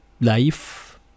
life